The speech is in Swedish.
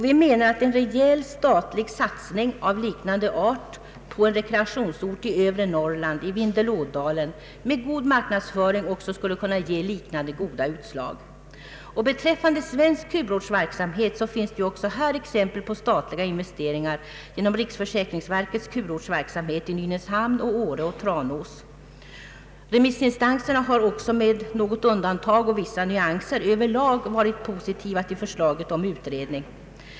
Vi menar att rejäl statlig satsning av liknande art på en rekreationsort i övre Norrland — i Vindelådalen — med god marknadsföring skulle kunna ge samma goda utslag. Det finns också exempel på statliga investeringar genom riksförsäkringsverkets kurortsverksamhet i Nynäshamn, Åre och Tranås. Remissinstanserna har också med något undantag och vissa nyanser över lag varit positiva till förslaget om utredning.